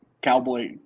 Cowboy